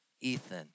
Ethan